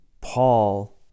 Paul